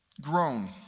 grown